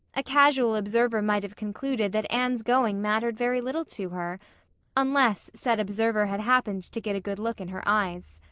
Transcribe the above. a casual observer might have concluded that anne's going mattered very little to her unless said observer had happened to get a good look in her eyes.